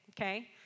Okay